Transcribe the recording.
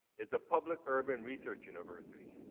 is a public urban research university,